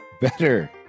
better